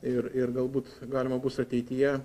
ir ir galbūt galima bus ateityje